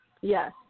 Yes